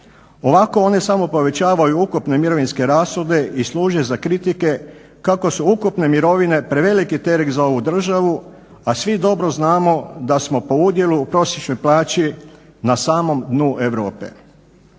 Ovako one samo povećavaju ukupne mirovinske rashode i služe za kritike kako su ukupne mirovine preveliki teret za ovu državu, a svi dobro znamo da smo po udjelu u prosječnoj plaći na samom dnu Europe.